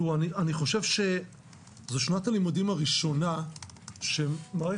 אני חושב שזו שנת הלימודים הראשונה שמערכת